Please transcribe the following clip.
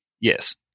Yes